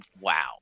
wow